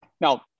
Now